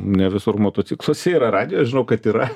ne visur motocikluose yra radijas žinau kad yra